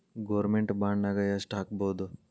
Government ಬಾಂಡ್ನಾಗ್ ಯೆಷ್ಟ್ ಹಾಕ್ಬೊದು?